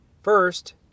First